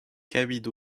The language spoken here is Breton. kavet